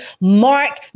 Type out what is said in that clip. Mark